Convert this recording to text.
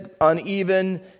uneven